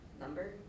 number